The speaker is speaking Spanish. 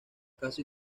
casi